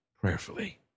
prayerfully